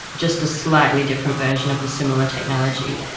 just a slightly different version of a similar technology.